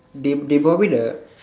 they they bought me the